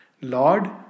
Lord